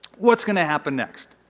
what's going to happen next?